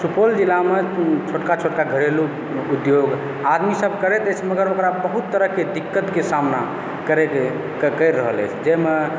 सुपौल जिलामे छोटका छोटका घरेलू उद्योग आदमीसभ करैत अछि मगर ओकरा बहुत तरहकेँ दिक्कतके सामना करैए या करि रहल अछि जाहिमे